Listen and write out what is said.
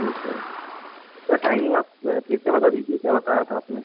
जी sir sir timing आप फिर से बता दीजिए क्या बताया था आपने